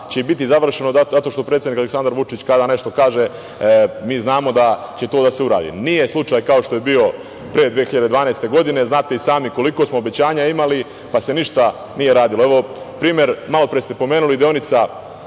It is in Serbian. biti i završeno zato što predsednik Aleksandar Vučić kada nešto kaže, mi znamo da će to da se uradi. Nije slučaj, kao što je bio pre 2012. godine, znate i sami koliko smo obećanja imali, pa se ništa nije radilo. Evo, primer, malopre ste pomenuli deonica